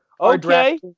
Okay